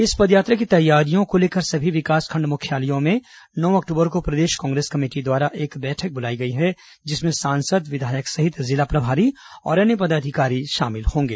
इस पदयात्रा की तैयारियों को लेकर सभी विकासखंड मुख्यालयों में नौ अक्टूबर को प्रदेश कांग्रेस कमेटी द्वारा एक बैठक बुलाई गई है जिसमें सांसद विधायक सहित जिला प्रभारी और अन्य पदाधिकारी शामिल होंगे